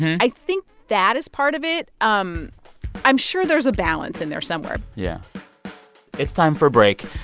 i think that is part of it. um i'm sure there's a balance in there somewhere yeah it's time for a break.